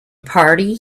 party